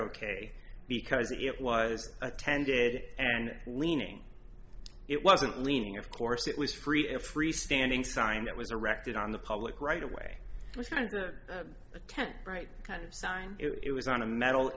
ok because it was attended and leaning it wasn't leaning of course it was free and free standing sign that was arrested on the public right away it was kind of a tent bright kind of sign it was on a metal